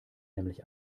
nämlich